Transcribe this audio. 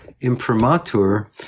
imprimatur